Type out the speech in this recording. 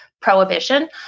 prohibition